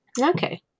Okay